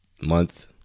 month